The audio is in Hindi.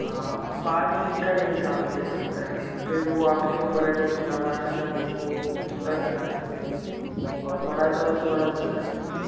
पाँच एग का ही आमलेट बनता है मैम फिर तो वो आपके ऊपर है अगर मैम छोटा बनाना चाहे तो छोटा ही बना देंगे हम और बड़ा चाहे तो बड़ा भी बना देंगे हम